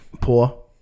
Poor